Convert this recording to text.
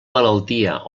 malaltia